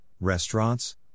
restaurants